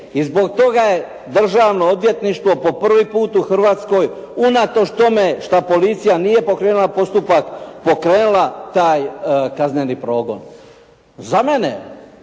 i zbog toga je državno odvjetništvo po prvi put u Hrvatskoj unatoč tome šta policija nije pokrenula postupak, pokrenula taj kazneni progon. Za mene